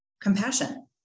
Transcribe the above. compassion